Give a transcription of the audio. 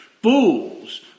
Fools